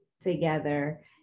together